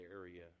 area